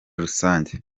rusange